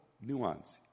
nuance